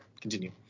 Continue